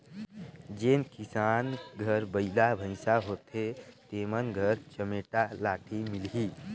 जेन किसान घर बइला भइसा होथे तेमन घर चमेटा लाठी मिलही